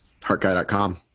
heartguy.com